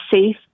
safe